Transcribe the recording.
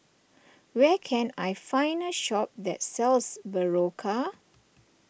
where can I find a shop that sells Berocca